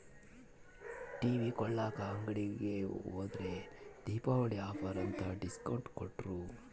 TV ಕೊಳ್ಳಾಕ ಅಂಗಡಿಗೆ ಹೋದ್ರ ದೀಪಾವಳಿ ಆಫರ್ ಅಂತ ಡಿಸ್ಕೌಂಟ್ ಕೊಟ್ರು